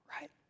right